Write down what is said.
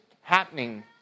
happening